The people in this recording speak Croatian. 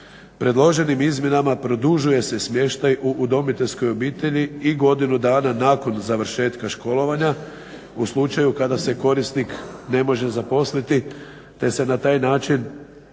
Predloženim izmjenama produžuje se smještaj u udomiteljskoj obitelji i godinu dana nakon završetka školovanja, u slučaju kada se korisnik ne može zaposliti te se na taj način prepoznaje